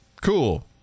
cool